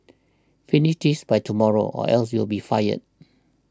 finish this by tomorrow or else you'll be fired